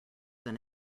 than